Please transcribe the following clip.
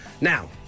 Now